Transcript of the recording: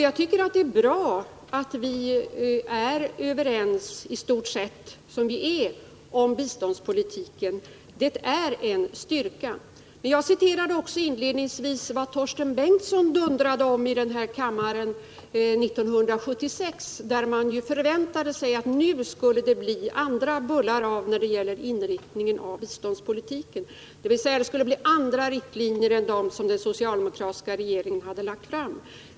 Jag tycker det är bra att vi är i stort sett överens om biståndspolitiken, som vi är. Det är en styrka. Men jag citerade också inledningsvis vad Torsten Bengtson dundrade om i den här kammaren 1976, då man ju förväntade sig att det skulle bli andra bullar av när det gällde inriktningen av biståndspolitiken, dvs. det skulle bli andra riktlinjer än dem som den socialdemokratiska regeringen hade lagt fast.